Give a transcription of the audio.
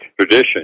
tradition